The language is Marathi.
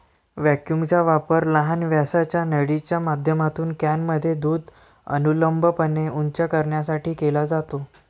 व्हॅक्यूमचा वापर लहान व्यासाच्या नळीच्या माध्यमातून कॅनमध्ये दूध अनुलंबपणे उंच करण्यासाठी केला जातो